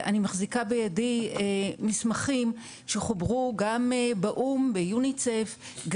אני מחזיקה בידי מסמכים שחוברו באו"ם, ביוניצ"ף,